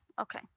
Okay